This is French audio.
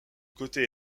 côté